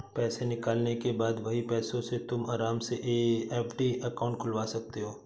पैसे निकालने के बाद वही पैसों से तुम आराम से एफ.डी अकाउंट खुलवा सकते हो